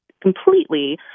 completely